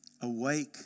Awake